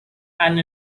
and